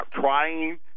trying